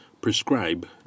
prescribe